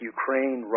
Ukraine